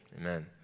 amen